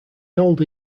older